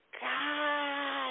God